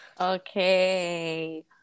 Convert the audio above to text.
okay